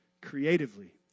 creatively